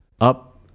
up